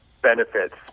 Benefits